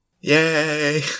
yay